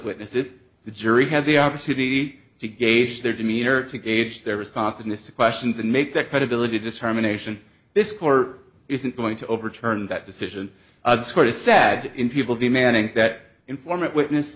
witnesses the jury had the opportunity to gauge their demeanor to gauge their responsiveness to questions and make their credibility discrimination this court isn't going to overturn that decision sort of sad in people demanding that informant witness